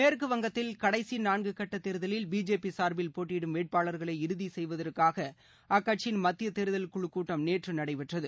மேற்குவங்கத்தில் கடைசி நான்கு சுட்ட தேர்தலில் பிஜேபி சார்பில் போட்டியிடும் வேட்பாளர்களை இறுதி செய்வதற்காக அக்கட்சியின் மத்திய தேர்தல் குழு கூட்டம் நேற்று நடைபெற்றது